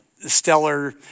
stellar